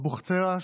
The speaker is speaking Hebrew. אבוחצירא,